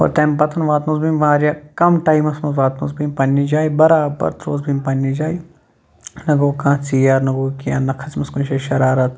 اور تَمہِ پَتہٕ واتنووُس بہٕ أمۍ واریاہ کَم ٹایمَس منٛز واتنووُس بہٕ أمۍ پنٛنہِ جاے برابر ترٛووُس بہٕ أمۍ پنٛنہِ جاے نہ گوٚو کانٛہہ ژیر نہ گوٚو کینٛہہ نہ کھژٕ أمِس کُنہِ جایہِ شرارت